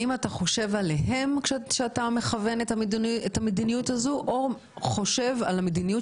האם אתה חושב עליהם כשאתה מכוון את המדיניות הזו או על המדיניות